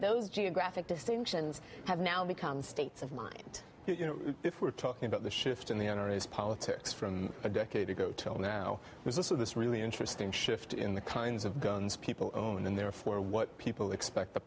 those geographic distinctions have now become states of mind you know if we're talking about the shift in the army's politics from a decade ago til now there's this is this really interesting shift in the kinds of guns people and therefore what people expect the